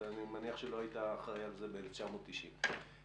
אני מניח שלא היית אחראי על זה ב-1990 ועכשיו